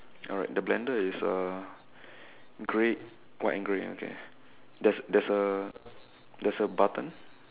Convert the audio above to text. alright the blender is uh grey white and grey okay there's there's a there's a button